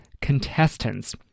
contestants